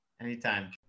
anytime